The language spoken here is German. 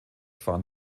fahren